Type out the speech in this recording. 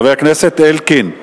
חבר הכנסת אלקין.